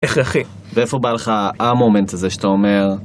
איך, אחי? ואיפה בא לך ה-מומנט הזה שאתה אומר...